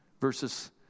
verses